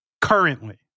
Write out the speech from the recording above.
currently